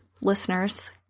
listeners